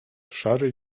szary